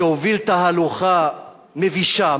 שהוביל תהלוכה מבישה,